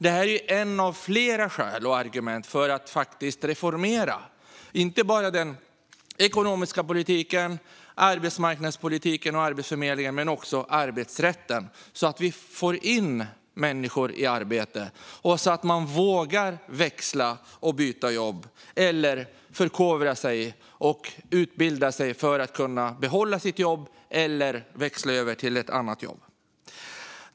Det här är ett av flera skäl och argument för att faktiskt reformera inte bara den ekonomiska politiken, arbetsmarknadspolitiken och Arbetsförmedlingen utan också arbetsrätten så att vi får in människor i arbete och så att man vågar växla och byta jobb eller förkovra sig och utbilda sig för att kunna behålla sitt jobb.